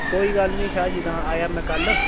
कोई गल्ल नेईं शाह जी तां आया में कल